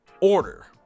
order